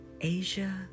Asia